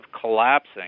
collapsing